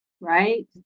right